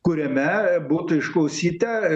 kuriame būtų išklausyta